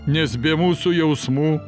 nes be mūsų jausmų